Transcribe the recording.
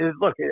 look